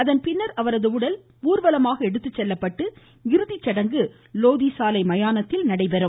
அதன் பின்னர் அவரது உடல் ஊர்வலமாக எடுத்துச்செல்லப்பட்டு இறுதி சடங்கு லோதி சாலை மயானத்தில் நடைபெறும்